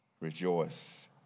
rejoice